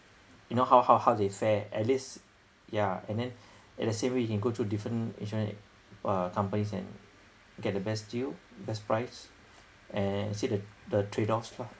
you know how how how they fare at least yeah and then at the same way you can go through different insurance uh companies and get the best deal best price and see the trade offs lah